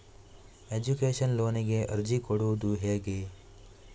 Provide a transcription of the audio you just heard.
Education ಲೋನಿಗೆ ಅರ್ಜಿ ಕೊಡೂದು ಹೇಗೆ?